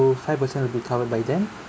so five per cent will be covered by them